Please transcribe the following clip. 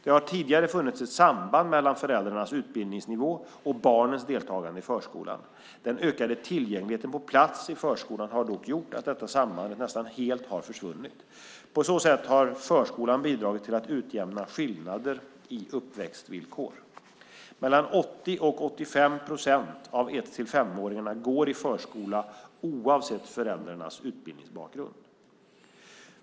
Det har tidigare funnits ett samband mellan föräldrarnas utbildningsnivå och barnens deltagande i förskolan. Den ökade tillgängligheten på plats i förskolan har dock gjort att detta samband nästan helt har försvunnit. På så sätt har förskolan bidragit till att utjämna skillnader i uppväxtvillkor. Mellan 80 och 85 procent av ett till femåringarna går i förskola oavsett föräldrarnas utbildningsbakgrund.